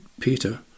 Peter